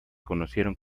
conocieron